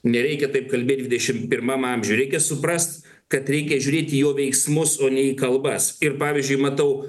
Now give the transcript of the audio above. nereikia taip kalbėt dvidešim pirmam amžiuj reikia suprast kad reikia žiūrėt į jo veiksmus o ne į kalbas ir pavyzdžiui matau